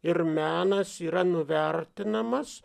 ir menas yra nuvertinamas